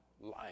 life